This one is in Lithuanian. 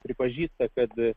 pripažįsta kad